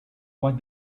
what